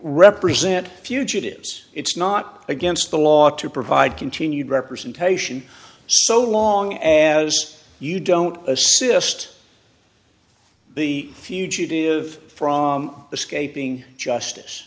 represent fugitives it's not against the law to provide continued representation so long as you don't assist the fugitive from escaping justice